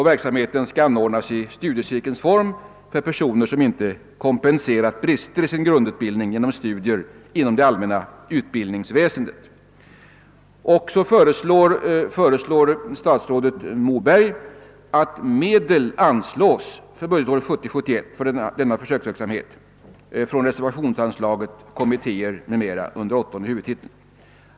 Verksamheten skall anordnas i studiecirkelns form och för personer som inte kompenserat brister i sin grundutbildning genom studier inom det allmänna utbildningsväsendet. Statsrådet Moberg föreslår att medel anslås för budgetåret 1970/71 för denna försöksverksamhet från reservationsanslaget Kommittéer m.m. under åttonde huvudtiteln.